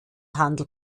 handel